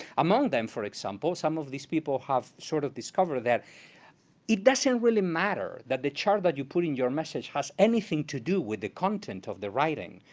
among them, for example, some of these people have sort of discovered that it doesn't really matter that the chart that you put in your message has anything to do with the content of the writing.